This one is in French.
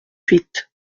huit